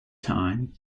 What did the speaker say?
time